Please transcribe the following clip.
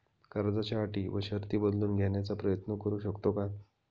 कर्जाच्या अटी व शर्ती बदलून घेण्याचा प्रयत्न करू शकतो का?